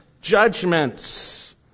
judgments